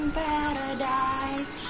paradise